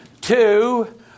two